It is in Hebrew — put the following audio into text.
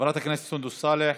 חברת הכנסת סונדוס סאלח.